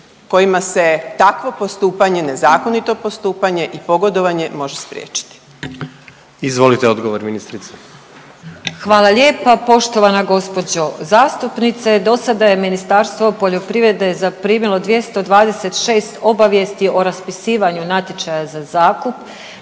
kojima se takvo postupanje, nezakonito postupanje i pogodovanje može spriječiti? **Jandroković, Gordan (HDZ)** Izvolite odgovor ministrice. **Vučković, Marija (HDZ)** Hvala lijepo. Poštovana gđo. zastupnice, dosada je Ministarstvo poljoprivrede zaprimilo 226 obavijesti o raspisivanju natječaja za zakup,